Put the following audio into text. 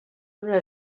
una